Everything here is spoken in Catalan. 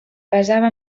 basava